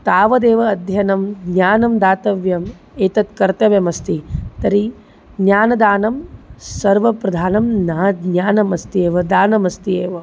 तावदेव अध्ययनं ज्ञानं दातव्यम् एतत् कर्तव्यमस्ति तर्हि ज्ञानदानं सर्वप्रधानं न ज्ञानमस्त्येव दानम् अस्ति एव